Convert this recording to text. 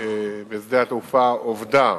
בשדה התעופה "עובדה",